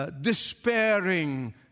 Despairing